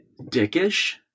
dickish